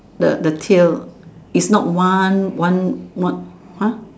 the the tail is not one one one !huh!